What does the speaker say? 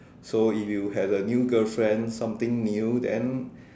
so if you have a new girlfriend something new then